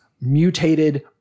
mutated